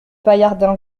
paillardin